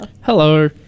Hello